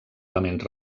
elements